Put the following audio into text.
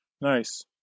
Nice